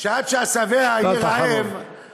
שעד שהשבע יהיה רעב, משפט אחרון.